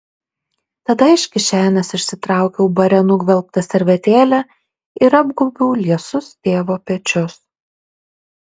tada iš kišenės išsitraukiau bare nugvelbtą servetėlę ir apgaubiau liesus tėvo pečius